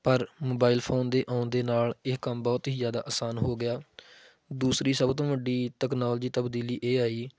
ਪਰ mobile phone ਦੇ ਆਉਣ ਦੇ ਨਾਲ ਇਹ ਕੰਮ ਬਹੁਤ ਹੀ ਜ਼ਿਆਦਾ ਆਸਾਨ ਹੋ ਗਿਆ ਦੂਸਰੀ ਸਭ ਤੋਂ ਵੱਡੀ ਟੈਕਨੋਲੋਜੀ ਤਬਦੀਲੀ ਇਹ ਆਈ